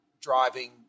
driving